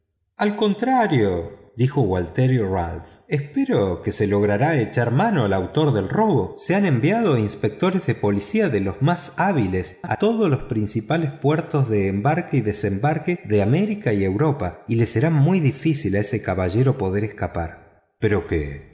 al contrario dijo gualterio ralph espero que se logrará echar mano al autor del robo se han enviado inspectores de policía de los más hábiles a todos los principales puertos de embarque y desembarque de américa y europa y le será muy difícil a ese caballero poder escapar pero qué